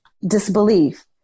disbelief